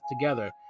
together